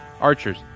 Archers